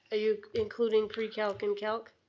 ah you including pre-calc and calc?